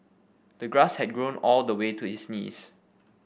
the grass had grown all the way to his knees